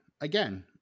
again